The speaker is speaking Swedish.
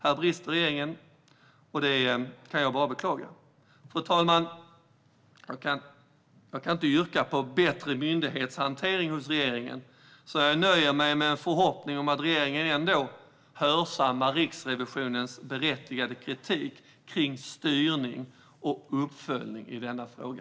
Häri brister regeringen, och det kan jag bara beklaga. Fru talman! Jag kan inte yrka på en bättre myndighetshantering hos regeringen, så jag nöjer mig med en förhoppning om att regeringen hörsammar Riksrevisionens berättigade kritik kring styrning och uppföljning i denna fråga.